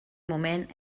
moment